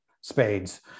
spades